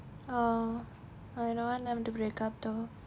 oh I don't want them to break up though